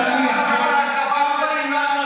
אתם לא, אתה לא מתבייש?